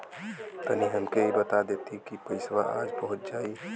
तनि हमके इ बता देती की पइसवा आज पहुँच जाई?